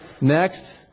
Next